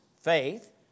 faith